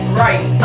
right